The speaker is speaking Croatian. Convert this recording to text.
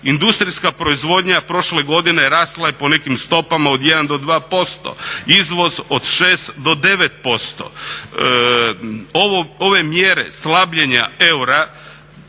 Industrijska proizvodnja prošle godine rasla je po nekim stopama od 1 do 2%, izvoz od 6 do 9%. Ove mjere slabljenja eura